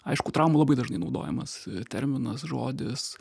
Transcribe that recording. aišku trauma labai dažnai naudojamas terminas žodis